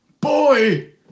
Boy